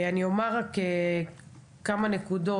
אני אומר רק כמה נקודות.